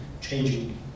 changing